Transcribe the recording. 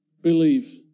believe